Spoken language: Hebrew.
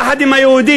יחד עם היהודים,